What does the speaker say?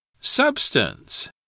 Substance